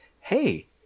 hey